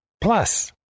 Plus